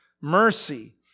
mercy